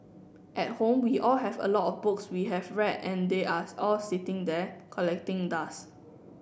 at home we all have a lot of books we have read and they are all sitting there collecting dust